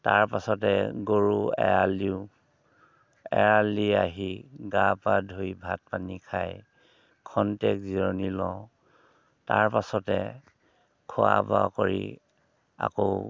তাৰ পাছতে গৰু এৰাল দিওঁ এৰাল দি আহি গা পা ধুই ভাত পানী খাই খন্তেক জিৰণি লওঁ তাৰ পাছতে খোৱা বোৱা কৰি আকৌ